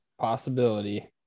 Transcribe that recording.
possibility